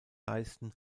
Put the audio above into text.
leisten